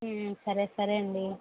సరే సరే అండి